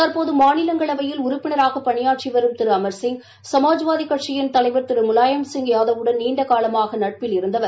தற்போது மாநிலங்களவையில் உறுப்பினராக பணியாற்றி வரும் திரு அம்சிங் சுமாஜ்வாதி கட்சியின் தலைவர் திரு முலாயம்சிங் யாதவுடன் நீண்டகாலமாக நட்பில் இருந்தவர்